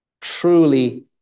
truly